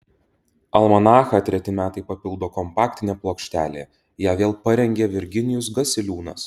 almanachą treti metai papildo kompaktinė plokštelė ją vėl parengė virginijus gasiliūnas